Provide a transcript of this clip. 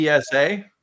PSA